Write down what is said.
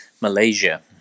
Malaysia